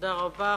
תודה רבה.